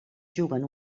juguen